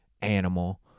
animal